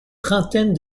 trentaine